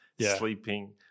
sleeping